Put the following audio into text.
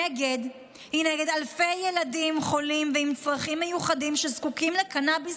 היא נגד אלפי ילדים חולים ועם צרכים מיוחדים שזקוקים לקנביס